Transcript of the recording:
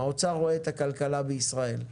האוצר רואה את הכלכלה בישראל.